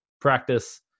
practice